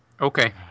Okay